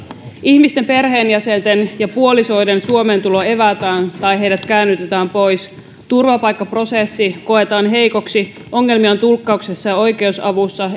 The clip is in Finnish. ihmisten perheenjäsenten ja puolisoiden suomeen tulo evätään tai heidät käännytetään pois turvapaikkaprosessi koetaan heikoksi ongelmia on tulkkauksessa ja oikeusavussa